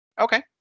Okay